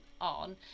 on